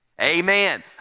Amen